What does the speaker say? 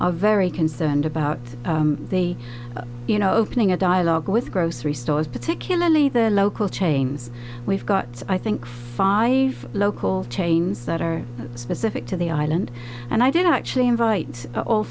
are very concerned about the you know opening a dialogue with grocery stores particularly their local chains we've got i think five local chains that are specific to the island and i did actually invite all